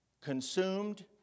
consumed